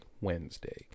Wednesday